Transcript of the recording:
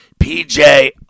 PJ